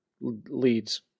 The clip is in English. leads